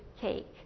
cake